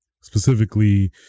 specifically